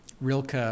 Rilke